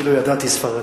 אילו ידעתי ספרדית,